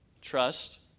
Trust